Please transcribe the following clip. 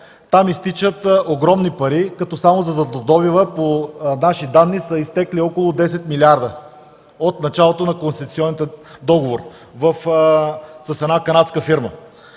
Там изтичат огромни пари, като само за златодобива по наши данни са изтекли около 10 милиарда от началото на концесионния договор с една канадска фирма.